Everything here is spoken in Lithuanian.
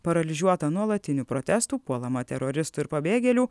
paralyžiuota nuolatinių protestų puolama teroristų ir pabėgėlių